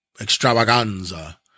Extravaganza